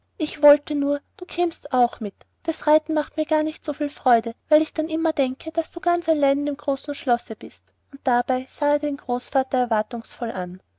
ich wollte nur du kämest auch mit das reiten macht mir gar nicht so viel freude weil ich dann immer denke wie ganz allein du in dem großen schlosse bist und dabei sah er den großvater erwartungsvoll an